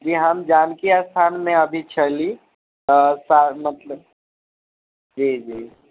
जी हम जानकी स्थानमे अभी छली मतलब जी जी